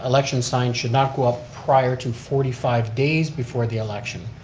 election signs should not go up prior to forty five days before the election.